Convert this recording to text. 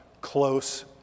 close